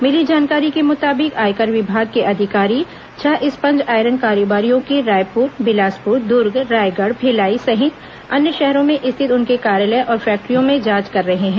मिली जानकारी के मुताबिक आयकर विभाग के अधिकारी छह स्पंज आयरन कारोबारियों के रायपुर बिलासपुर दुर्ग रायगढ़ भिलाई सहित अन्य शहरों में स्थित उनके कार्यालय और फैक्ट्रियों में जांच कर रहे हैं